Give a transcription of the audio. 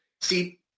see